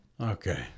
Okay